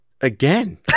again